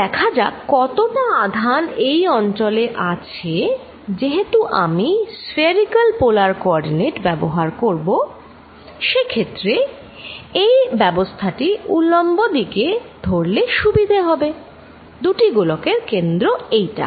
এখন দেখা যাক কতটা আধান এই অঞ্চলে আছে যেহেতু আমি স্ফেরিকাল পোলার কওরডিনেট ব্যবহার করব সেক্ষেত্রে এই ব্যবস্থাটি উল্লম্ব দিকে করলে সুবিধা হবে দুটি গোলকের কেন্দ্র এইটা